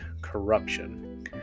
corruption